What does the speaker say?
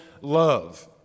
love